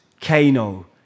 Kano